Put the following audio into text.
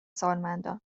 سالمندان